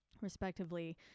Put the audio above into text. respectively